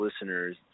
listeners